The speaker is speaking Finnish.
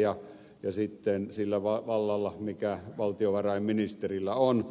ja sitten sillä vallalla mikä valtiovarainministerillä on